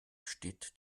steht